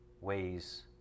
ways